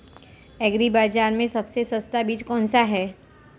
Agree बाज़ार में सबसे सस्ता बीज कौनसा है?